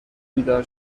بیدار